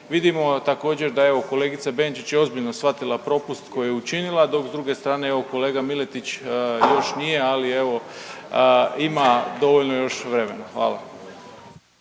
Vidimo također da evo kolegica Benčić je ozbiljno svatila propust koji je učinila, dok s druge strane evo kolega Miletić još nije, ali evo ima dovoljno još vremena. Hvala.